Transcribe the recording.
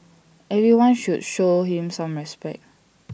everyone should show him some respect